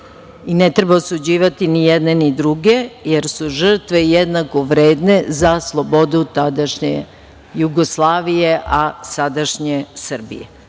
Ne treba osuđivati ni jedne ni druge, jer su žrtve jednako vredne za slobodu tadašnje Jugoslavije, a sadašnje Srbije. Ali,